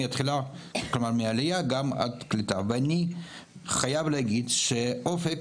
מעלייה ועד קליטה ואני חייב להגיד שאופק